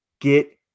get